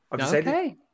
Okay